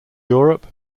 europe